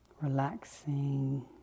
Relaxing